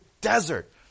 desert